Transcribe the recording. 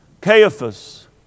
Caiaphas